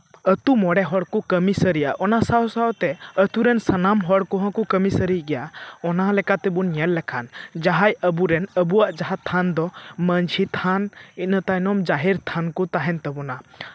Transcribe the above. ᱟᱹᱛᱩ ᱢᱚᱬᱮ ᱦᱚᱲ ᱠᱚ ᱠᱟᱹᱢᱤ ᱥᱟᱹᱨᱤᱭᱟ ᱚᱱᱟ ᱥᱟᱶ ᱥᱟᱶᱛᱮ ᱟᱹᱛᱩ ᱨᱮᱱ ᱥᱟᱱᱟᱢ ᱦᱚᱲ ᱠᱚᱦᱚᱸ ᱠᱚ ᱠᱟᱹᱢᱤ ᱥᱟᱹᱨᱤᱭ ᱜᱮᱭᱟ ᱚᱱᱟ ᱞᱮᱠᱟ ᱛᱮᱵᱚᱱ ᱧᱮᱞ ᱞᱮᱠᱷᱟᱱ ᱡᱟᱦᱟᱸᱭ ᱟᱵᱚ ᱨᱮᱱ ᱟᱵᱚᱣᱟᱜ ᱡᱟᱦᱟᱸ ᱛᱷᱟᱱ ᱫᱚ ᱢᱟᱺᱡᱷᱤ ᱛᱷᱟᱱ ᱤᱱᱟᱹ ᱛᱟᱭᱱᱚᱢ ᱡᱟᱦᱮᱨ ᱛᱷᱟᱱ ᱠᱚ ᱛᱟᱦᱮᱱ ᱛᱟᱵᱳᱱᱟ